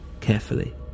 carefully